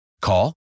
Call